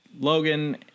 Logan